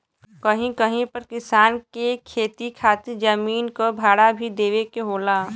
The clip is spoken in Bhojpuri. कहीं कहीं पर किसान के खेती खातिर जमीन क भाड़ा भी देवे के होला